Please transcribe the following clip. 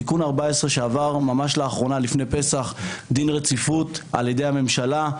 תיקון 14 שעבר ממש לאחרונה לפני פסח דין רציפות על ידי הממשלה,